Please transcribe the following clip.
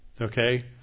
okay